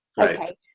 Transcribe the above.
okay